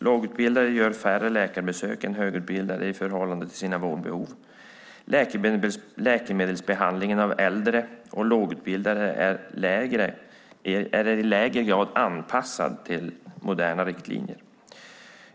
Lågutbildade gör färre läkarbesök än högutbildade i förhållande till sina vårdbehov. Läkemedelsbehandlingen av äldre och lågutbildade är i lägre grad anpassad till moderna riktlinjer.